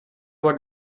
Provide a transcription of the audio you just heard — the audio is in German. aber